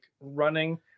running